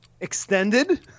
extended